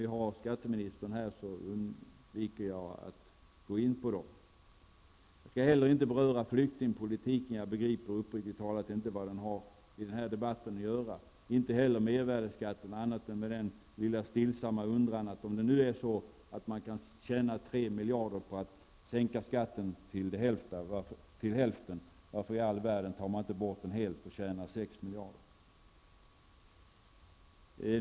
Men eftersom skatteministern befinner sig i kammaren går jag inte in på dessa. Inte heller skall jag beröra frågan om flyktingpolitiken. Uppriktigt sagt begriper jag inte vad den frågan har här att göra. När det gäller mervärdeskatten har jag endast en stillsam undran. Om det nu är så, att det går att tjäna 3 miljarder på en sänkning av skatten till hälften, varför i all världen tar man då inte bort skatten helt? Då skulle man ju tjäna 6 miljarder.